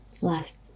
last